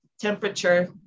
temperature